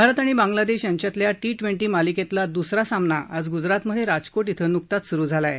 भारत आणि बांग्लादेश यांच्यातल्या T twenty मालिकेतला द्सरा सामना आज ग्जरातमधे राजकोट इथं न्कताच सुरु झाला आहे